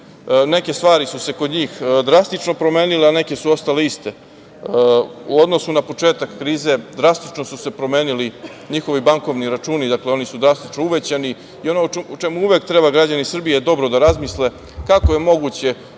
stvari su se kod njih drastično promenile, a neke su ostale iste. U odnosu na početak krize, drastično su se promenili njihovi bankovni računi. Dakle, oni su drastično uvećani i ono o čemu uvek treba građani Srbije dobro da razmisle, kako je moguće